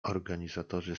organizatorzy